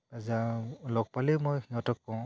যাওঁ লগ পালে মই সিহঁতক কওঁ